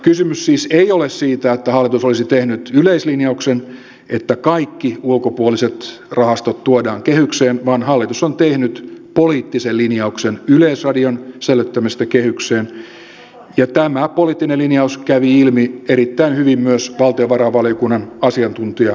kysymys siis ei ole siitä että hallitus olisi tehnyt yleislinjauksen että kaikki ulkopuoliset rahastot tuodaan kehykseen vaan hallitus on tehnyt poliittisen linjauksen yleisradion sisällyttämisestä kehykseen ja tämä poliittinen linjaus kävi ilmi erittäin hyvin myös valtiovarainvaliokunnan asiantuntijakuulemisessa